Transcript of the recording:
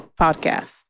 Podcast